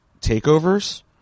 takeovers